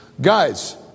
Guys